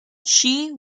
she